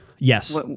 Yes